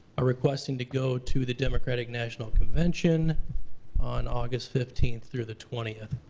are requesting to go to the democratic national convention on august fifteenth through the twentieth.